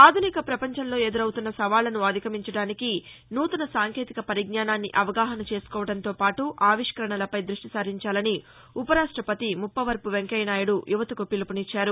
ఆధునిక ప్రపంచంలో ఎదురవుతున్న సవాళ్లను అధిగమించడానికి నూతన సాంకేతిక పరిజ్ఞానాన్ని అవగాహన చేసుకోవడంతోపాటు ఆవిష్కరణలపై దృష్టి సారించాలని ఉపరాష్టపతి ముప్పవరపు వెంకయ్య నాయుడు యువతకు పిలుపునిచ్చారు